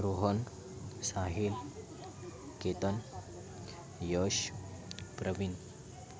Rohan Sahil Ketan Yash Pravin